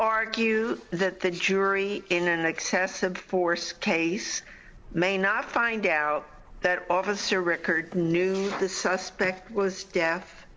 argue that the jury in an excessive force case may not find out that officer records knew the suspect was